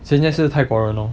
今天是泰国人 lor